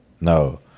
no